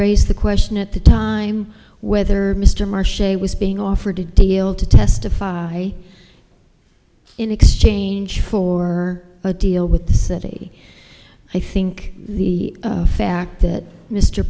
raised the question at the time whether mr march was being offered a deal to testify in exchange for a deal with the city i think the fact that mr